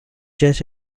jet